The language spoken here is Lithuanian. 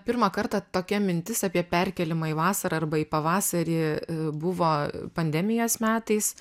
pirmą kartą tokia mintis apie perkėlimą į vasarą arba į pavasarį buvo pandemijos metais